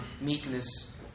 meekness